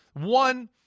One